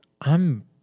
I'm-